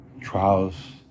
trials